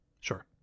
sure